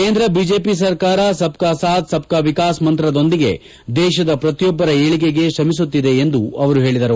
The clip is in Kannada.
ಕೇಂದ್ರ ಬಿಜೆಪಿ ಸರ್ಕಾರ ಸಬ್ ಕಾ ಸಾಥ್ ಸಬ್ ಕಾ ವಿಕಾಸ್ ಮಂತ್ರದೊಂದಿಗೆ ದೇಶದ ಪ್ರತಿಯೊಬ್ಬರ ಏಳಿಗೆಗೆ ಶ್ರಮಿಸುತ್ತಿದೆ ಎಂದು ಅವರು ಹೇಳಿದರು